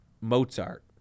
mozart